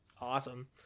awesome